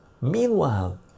meanwhile